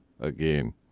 again